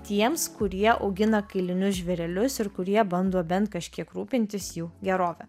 tiems kurie augina kailinius žvėrelius ir kurie bando bent kažkiek rūpintis jų gerove